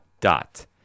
dot